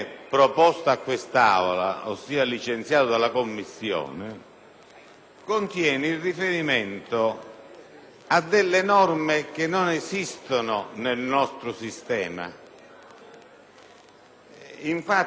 contiene un riferimento a norme che non esistono nel nostro ordinamento. Infatti il comma 3